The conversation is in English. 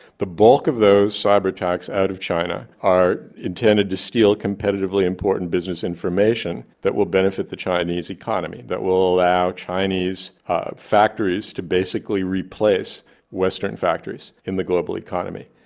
the bulk of those cyber attacks out of china are intended to steal competitively important business information that will benefit the chinese economy, that will allow chinese factories to basically replace western factories in the global economy.